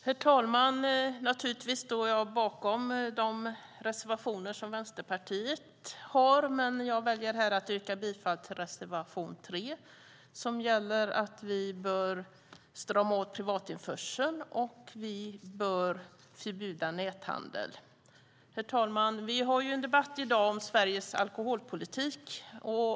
Herr talman! Naturligtvis står jag bakom de reservationer som Vänsterpartiet har lämnat, men jag väljer här att yrka bifall till reservation 3 som gäller att vi bör strama åt privatinförseln av alkohol och att vi bör förbjuda näthandel. Herr talman! Vi har ju en debatt i dag om Sveriges alkoholpolitik.